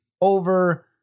over